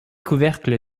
couverte